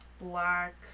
black